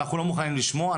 אנחנו לא מוכנים לשמוע,